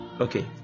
okay